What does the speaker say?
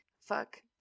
Fuck